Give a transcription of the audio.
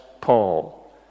Paul